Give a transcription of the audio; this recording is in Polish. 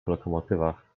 lokomotywach